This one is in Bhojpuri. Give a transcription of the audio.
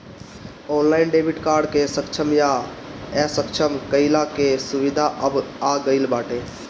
ऑनलाइन डेबिट कार्ड के सक्षम या असक्षम कईला के सुविधा अब आ गईल बाटे